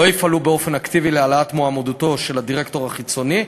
יפעלו באופן אקטיבי להעלאת מועמדותו של הדירקטור החיצוני,